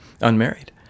unmarried